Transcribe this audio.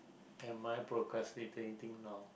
am I procrastinating now